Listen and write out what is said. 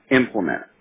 implement